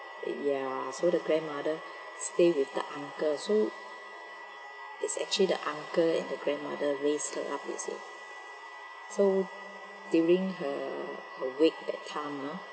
ya so the grandma stay with the uncle so it's actually the uncle and the grandmother raised her up you see so during her her wake that time ah